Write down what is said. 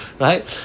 Right